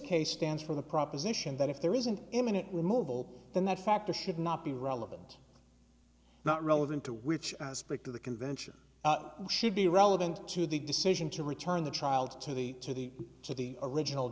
case stands for the proposition that if there is an imminent with mobile then that factor should not be relevant not relevant to which speak to the convention should be relevant to the decision to return the child to the to the to the original